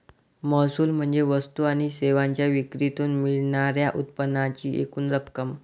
महसूल म्हणजे वस्तू आणि सेवांच्या विक्रीतून मिळणार्या उत्पन्नाची एकूण रक्कम